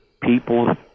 people